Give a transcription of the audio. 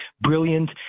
brilliant